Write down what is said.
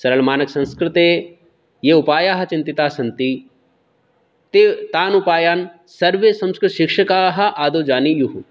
सरलमानकसंस्कृते ये उपायाः चिन्तिताः सन्ति ते तान् उपायान् सर्वे संस्कृतशिक्षकाः आदौ जानीयुः